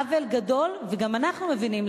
עוול גדול, וגם אנחנו מבינים.